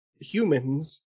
humans